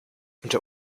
unter